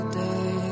day